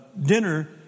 dinner